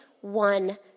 one